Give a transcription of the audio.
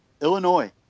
Illinois